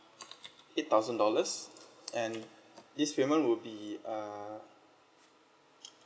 eight thousand dollars and this payment would be uh